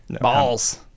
Balls